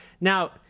Now